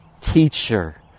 teacher